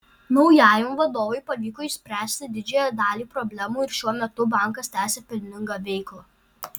naujajam vadovui pavyko išspręsti didžiąją dalį problemų ir šiuo metu bankas tęsią pelningą veiklą